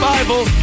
Bible